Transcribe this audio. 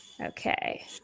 Okay